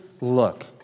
look